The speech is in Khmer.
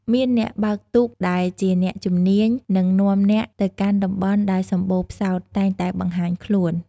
មានអ្នកបើកទូកដែលជាអ្នកជំនាញនឹងនាំអ្នកទៅកាន់តំបន់ដែលសម្បូរផ្សោតតែងតែបង្ហាញខ្លួន ។